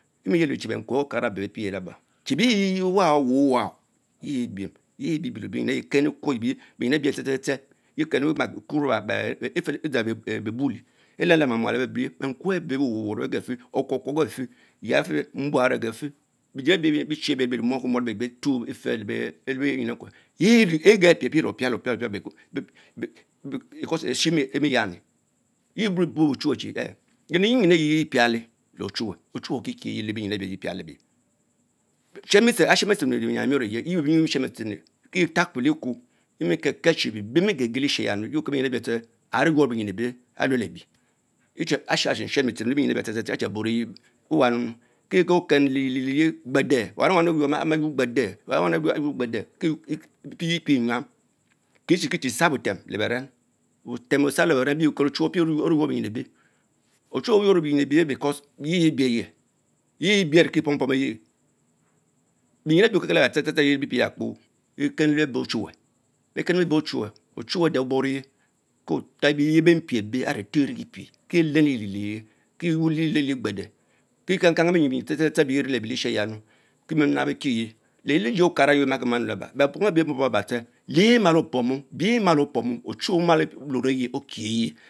Mriyeri benkwe okara beh bee beh megn laba, chie lie wa wan waa laba yeh ebio ebül nyin the kenikewo berginebich the the the etele edzang bebuley, elamlam beh maal lebebe bankuse ebe wurowaro ben gen fen, okwokw ogefeh ya gefeh, mbari agafeh bejie ebie betchie bie rie muorki muorh ebeh beh tuo beh fell lee nkwe, ege pie pie le pia le pia because esheh eminyani, emibo ochunee chi, lemyinu nyinu yayie piale leh ochuwe okiyikie lebienyan mior oyeh yebenyin eshenbitshim leh kie ta bkelekwo, emikelchie bebeh bie mie geh geh lichieya yie benyin ebieng tsch, aree yuor binyin ebeh alue lebi, eshenshen Lebrinyin anh bieten ensanum kie kuner Ken leh liyiel eye gbedee, wanu wanu ama yuorr gbedee kie piepieb enyam, kiechiki sharwntem Leberen, wuten ofarr le berpen yeu kato achnave one ynor beenyin ebe, ochuwe aynor tempin the because rch ebiegen, yeh ber and kie pom pom lyie bergin ebie bie pie pie abramikpo, bekenle beybay octrine, ochswede o borige ko tebyeyeh aretor enikipie key lenun liegielchine, kieyword legiul alie gbedee kee kang kang benyin tse tse tse abee rilebee leshengmany Kiü bee nab bee key teah, Lelieje ekava byemakimaa enulabs bepom ebéy pom pom eba tsch beeh malo pom oehmwe omalo wnitie okeye.